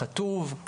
חטוב,